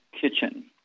Kitchen